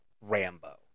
Rambo